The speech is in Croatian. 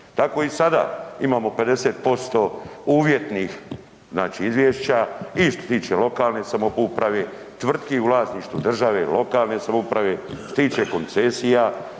Tako i sada, imamo 50% uvjetnih izvješća i što se tiče lokalne samouprave, tvrtki u vlasništvu države, lokalne samouprave, što se tiče koncesija,